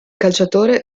calciatore